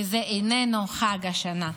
כי זה איננו חג השנה.